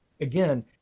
again